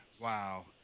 Wow